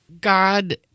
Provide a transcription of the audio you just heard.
God